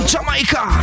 Jamaica